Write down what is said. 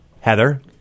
Heather